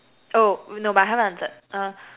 oh no but I haven't answered uh